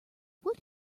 would